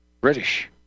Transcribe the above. British